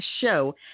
Show